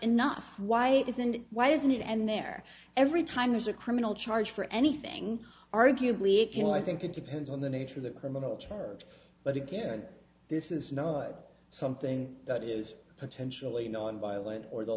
and why isn't it and there every time there's a criminal charge for anything arguably it can i think it depends on the nature of the criminal charge but again this is not something that is potentially nonviolent or the